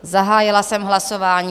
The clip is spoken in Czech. Zahájila jsem hlasování.